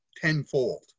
tenfold